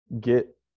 get